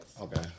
Okay